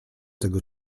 tego